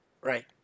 right